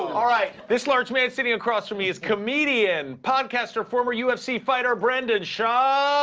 um alright, this large man sitting across from me is comedian, podcaster, former ufc fighter brendan schaub.